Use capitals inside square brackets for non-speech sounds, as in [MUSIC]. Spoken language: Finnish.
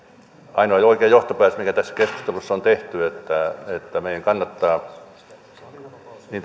ainoa ja oikea johtopäätös mikä tässä keskustelussa on tehty on se että meidän kannattaa niin [UNINTELLIGIBLE]